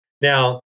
now